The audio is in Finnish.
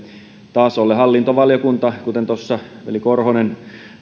tasolle hallintovaliokunta kuten tuossa veli korhonen